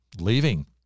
leaving